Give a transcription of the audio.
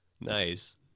nice